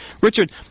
Richard